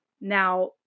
Now